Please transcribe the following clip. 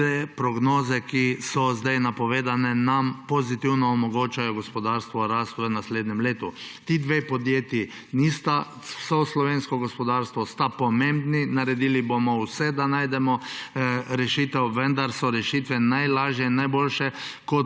Te prognoze, ki so zdaj napovedane, nam omogočajo pozitivno gospodarsko rast v naslednjem letu. Ti dve podjetji nista vse slovensko gospodarstvo, sta pomembni, naredili bomo vse, da najdemo rešitev, vendar so rešitve najlažje in najboljše,